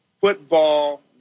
football